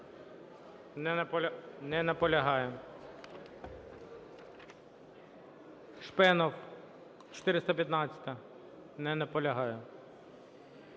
Не наполягає. Шпенов, 415-а. Не наполягає.